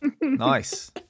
Nice